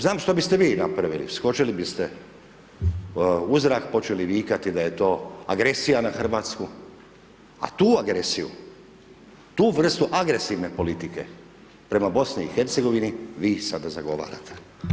Znam što biste vi napravili, skočili biste u zrak, počeli vikati da je to agresija na Hrvatsku a tu agresiju, tu vrstu agresivne politike prema BiH-u, vi sada zagovarate.